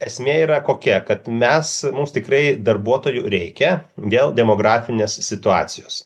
esmė yra kokia kad mes mums tikrai darbuotojų reikia dėl demografinės situacijos